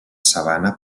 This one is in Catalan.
sabana